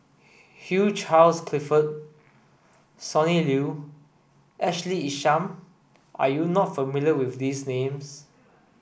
Hugh Charles Clifford Sonny Liew Ashley Isham are you not familiar with these names